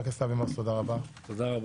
חבר הכנסת אבי מעוז, תודה רבה.